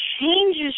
changes